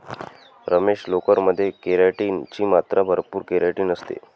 रमेश, लोकर मध्ये केराटिन ची मात्रा भरपूर केराटिन असते